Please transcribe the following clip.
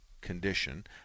condition